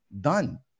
done